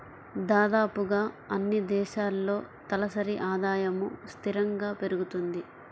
దాదాపుగా అన్నీ దేశాల్లో తలసరి ఆదాయము స్థిరంగా పెరుగుతుంది